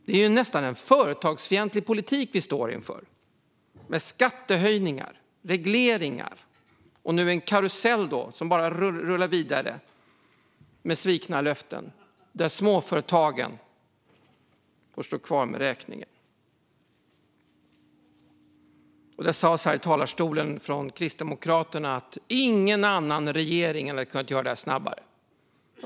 Det är nästan en företagsfientlig politik vi står inför, med skattehöjningar, regleringar och nu en karusell av svikna löften som bara rullar vidare, där småföretagen står kvar med räkningen. Här i talarstolen sades från Kristdemokraterna att ingen annan regering hade kunnat göra detta snabbare.